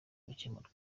gukemurwa